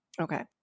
Okay